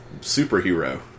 superhero